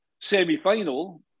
semi-final